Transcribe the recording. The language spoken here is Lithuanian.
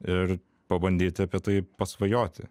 ir pabandyti apie tai pasvajoti